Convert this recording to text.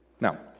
Now